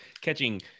catching